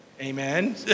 Amen